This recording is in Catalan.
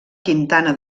quintana